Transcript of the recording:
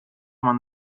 man